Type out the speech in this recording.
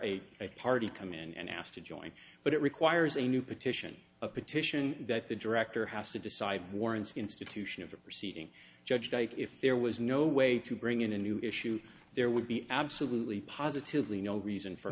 a party come in and ask to join but it requires a new petition a petition that the director has to decide warrants institution of the proceeding judge date if there was no way to bring in a new issue there would be absolutely positively no reason for